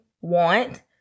want